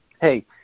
Hey